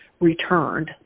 returned